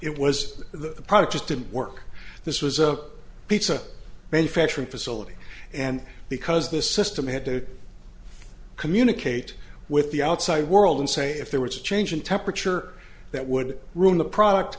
product just didn't work this was a pizza manufacturing facility and because the system had to communicate with the outside world and say if there was a change in temperature that would ruin the product